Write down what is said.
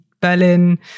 Berlin